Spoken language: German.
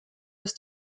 ist